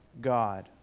God